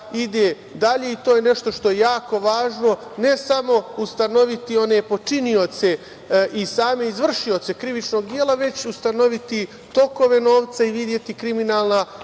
ide dalje, i to je nešto što je jako važno, ne samo ustanoviti one počinioce i same izvršioce krivičnog dela, već ustanoviti tokove novca i videti gde je kriminalna